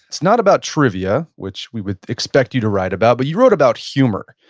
it's not about trivia, which we would expect you to write about. but you wrote about humor,